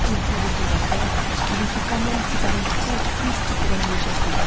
tu n'as pas de temps à perdre et je ne sais pas même si par une prompte fuite tu pourras lui échapper